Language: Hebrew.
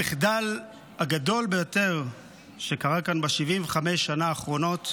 המחדל הגדול ביותר שקרה כאן ב-75 השנה האחרונות,